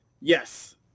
yes